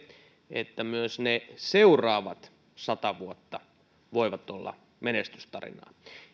että myös ne seuraavat sata vuotta voivat olla menestystarinaa